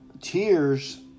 tears